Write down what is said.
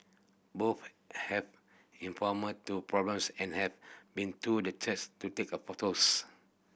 both have informed to problems and have been to the church to take a photos